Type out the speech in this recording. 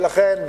ולכן,